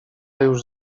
już